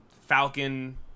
Falcon